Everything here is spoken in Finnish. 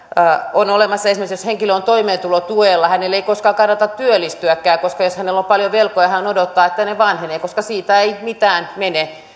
on olemassa sellainen tilanne esimerkiksi että jos henkilö on toimeentulotuella hänen ei koskaan kannata työllistyäkään koska jos hänellä on paljon velkoja hän odottaa että ne vanhenevat koska siitä ei mitään mene